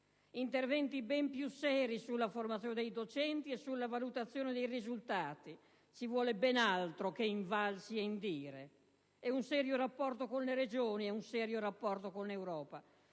interventi ben più seri sulla formazione dei docenti e sulla valutazione dei risultati (ci vuole ben altro che INVALSI e INDIRE) e un serio rapporto con le Regioni e con l'Europa.